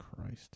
Christ